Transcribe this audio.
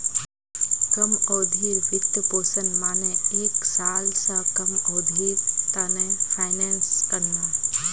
कम अवधिर वित्तपोषण माने एक साल स कम अवधिर त न फाइनेंस करना